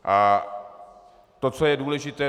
A to, co je důležité.